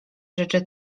rzeczy